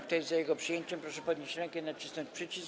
Kto jest za jego przyjęciem, proszę podnieść rękę i nacisnąć przycisk.